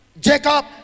Jacob